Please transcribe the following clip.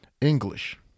English